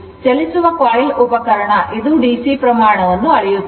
ಚಲಿಸುವ coil ಉಪಕರಣ ಇದು ಡಿಸಿ ಪ್ರಮಾಣವನ್ನು ಅಳೆಯುತ್ತದೆ